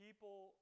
People